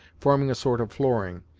forming a sort of flooring,